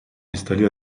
installé